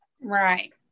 Right